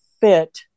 fit